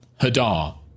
Hadar